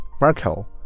Marco